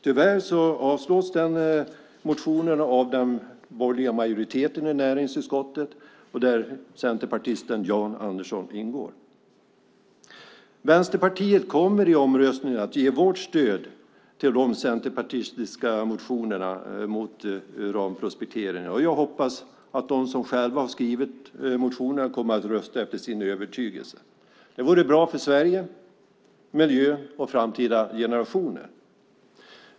Tyvärr avstyrks motionerna av den borgerliga majoriteten i näringsutskottet, där centerpartisten Jan Andersson ingår. Vänsterpartiet kommer i omröstningen att ge sitt stöd till de centerpartistiska motionerna mot uranprospektering. Jag hoppas att de som har skrivit motionerna kommer att rösta efter sin övertygelse. Det vore bra för Sverige, för miljön och framtida generationer.